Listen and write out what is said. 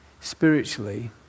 spiritually